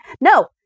no